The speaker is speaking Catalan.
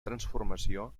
transformació